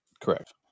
correct